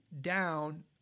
down